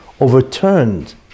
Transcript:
overturned